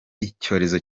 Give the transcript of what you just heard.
icyorezo